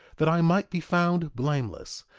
that i might be found blameless,